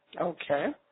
Okay